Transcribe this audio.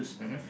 mmhmm